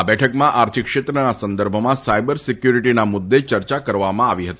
આ બેઠકમાં આર્થિક ક્ષેત્રના સંદર્ભમાં સાયબર સિક્યુરિટીના મુદ્દે ચર્ચા કરવામાં આવી હતી